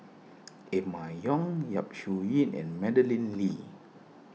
Emma Yong Yap Su Yin and Madeleine Lee